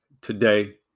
today